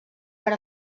per